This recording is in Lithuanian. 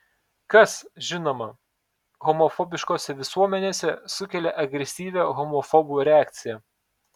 kas žinoma homofobiškose visuomenėse sukelia agresyvią homofobų reakciją